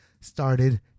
started